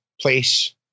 place